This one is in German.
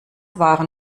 waren